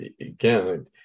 again